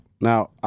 Now